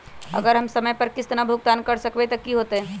अगर हम समय पर किस्त भुकतान न कर सकवै त की होतै?